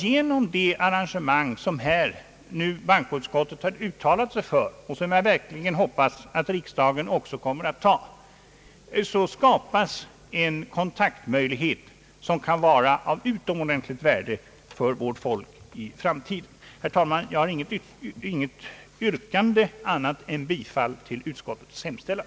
Genom det arrangemang som bankoutskottet nu har uttalat sig för — och som jag verkligen hoppas riksdagen kommer att besluta — skapas en kontaktmöjlighet som kan bli av utomordentligt stort värde för vårt folk i framtiden. Herr talman! Jag har inte något annat yrkande än bifall till utskottets hemställan.